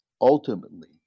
ultimately